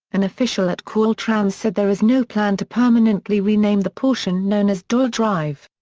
an official at caltrans said there is no plan to permanently rename the portion known as doyle drive.